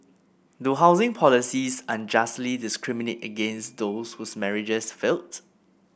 do housing policies unjustly discriminate against those whose marriages failed